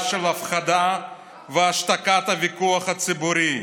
של הפחדה והשתקת הוויכוח הציבורי.